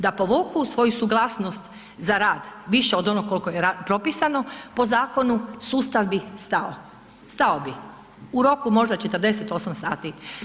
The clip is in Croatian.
Da povuku svoju suglasnost za rad više od onoga koliko je propisano po zakonu, sustav bi stao, stao bi u roku možda 48 sati.